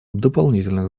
дополнительных